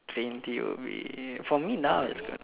twenty will be for me now is good